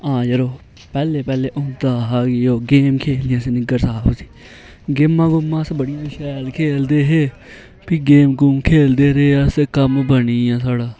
हां यरो पैह्लै पैह्लै होंदा हा कि गेम खेलनी निग्गर साबै दी गेमां गूमां अस बड़िआं शैल खेलदे हे फ्ही गेम गूम खेलदे रेह् अस फ्ही कम्म बनिआ साढ़ा